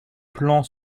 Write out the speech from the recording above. plans